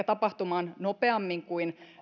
tapahtumaan ehkä nopeammin kuin